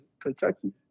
Kentucky